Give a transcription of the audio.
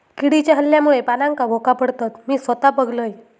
किडीच्या हल्ल्यामुळे पानांका भोका पडतत, मी स्वता बघलंय